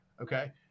okay